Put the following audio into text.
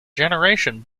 generation